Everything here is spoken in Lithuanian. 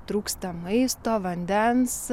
trūksta maisto vandens